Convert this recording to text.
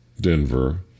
Denver